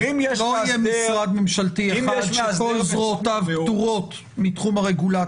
לא יהיה משרד ממשלתי אחד שכל זרועותיו פטורות מתחום הרגולציה.